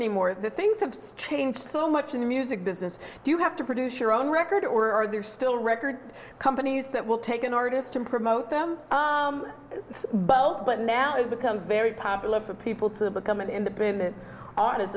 anymore the things have changed so much in the music business do you have to produce your own record or are there still record companies that will take an artist and promote them both but now it becomes very popular for people to become an independent artist